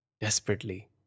desperately